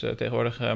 tegenwoordig